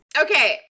Okay